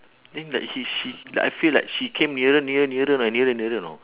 then like he she like I feel like she came nearer nearer nearer like nearer nearer know